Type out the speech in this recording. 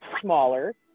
smaller